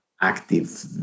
active